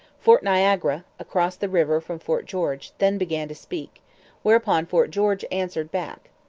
fort niagara, across the river from fort george, then began to speak whereupon fort george answered back.